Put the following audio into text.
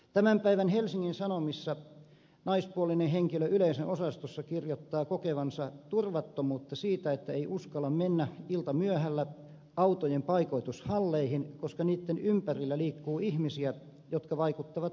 tämän päivän helsingin sanomissa naispuolinen henkilö yleisönosastossa kirjoittaa kokevansa turvattomuutta niin että ei uskalla mennä iltamyöhällä autojen paikoitushalleihin koska niitten ympärillä liikkuu ihmisiä jotka vaikuttavat pelottavilta